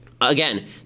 Again